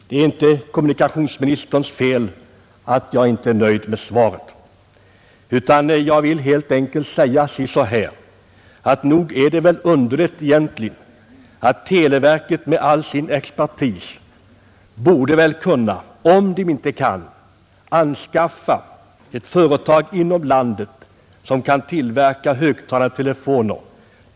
Det är inte kommunikationsministerns fel att jag inte är nöjd med svaret, men jag vill helt enkelt säga att det väl egentligen är underligt att inte televerket med all sin expertis kan leta upp ett företag inom landet som kan tillverka högtalande telefoner av godtagbar kvalitet.